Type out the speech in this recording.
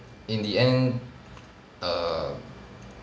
in the end err